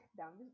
down